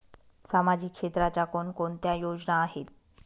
सामाजिक क्षेत्राच्या कोणकोणत्या योजना आहेत?